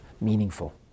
meaningful